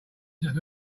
just